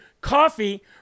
coffee